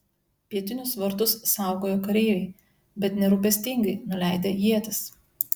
pietinius vartus saugojo kareiviai bet nerūpestingai nuleidę ietis